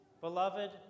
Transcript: Beloved